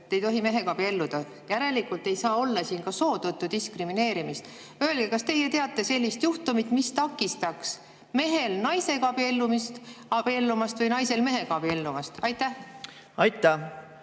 ei tohi mehega abielluda. Järelikult ei saa siin olla ka soo tõttu diskrimineerimist. Öelge, kas teie teate sellist juhtumit, mis takistaks mehel naisega abiellumast või naisel mehega abiellumast. Ma tänan,